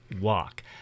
Walk